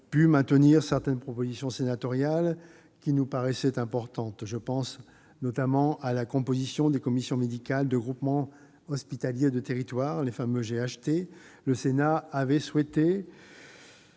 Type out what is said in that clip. pu maintenir certaines propositions sénatoriales qui nous paraissaient importantes. Je pense notamment à la composition des commissions médicales des groupements hospitaliers de territoires, les fameux GHT : le Sénat avait souhaité